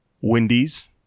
Wendy's